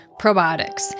Probiotics